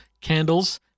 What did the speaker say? candles